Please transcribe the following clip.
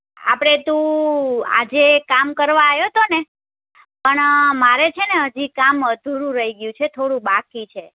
આપણે તું આજે એ કામ કરવા આવ્યો હતો ને પણ મારે છેને હજી એ કામ અધૂરું રહી ગયું છે થોડું બાકી છે